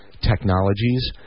technologies